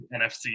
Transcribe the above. NFC